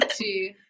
Two